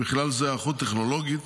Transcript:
ובכלל זה היערכות טכנולוגית